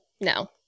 no